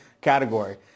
category